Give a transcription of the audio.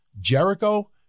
Jericho